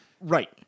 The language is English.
Right